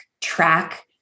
track